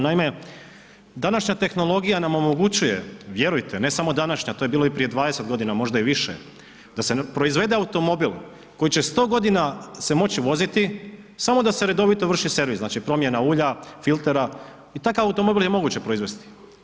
Naime, današnja tehnologija nam omogućuje, vjerujte, ne samo i današnja, to je bilo i prije 20 godina, možda i više, da se proizvede automobil koji će 100 godina se moći voziti, samo da se redovito vrši servis, znači promjena ulja, filtera i takav automobil je moguće proizvesti.